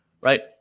right